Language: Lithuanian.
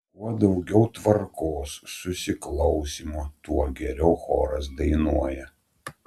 kuo daugiau tvarkos susiklausymo tuo geriau choras dainuoja